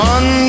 One